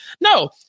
no